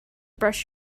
brush